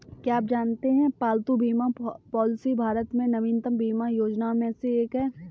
क्या आप जानते है पालतू बीमा पॉलिसी भारत में नवीनतम बीमा योजनाओं में से एक है?